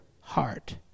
heart